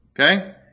Okay